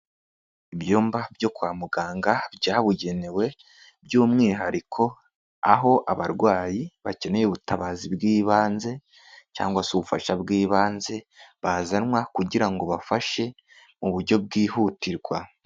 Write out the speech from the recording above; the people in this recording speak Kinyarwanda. Ibyumba byo kwa muganga byabugenewe, by'umwihariko aho abarwayi bakeneye ubutabazi bw'ibanze, cyangwa se ubufasha bw'ibanze, bazanwa kugira ngo bafashwe mu buryo bwihutirwa.